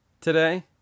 today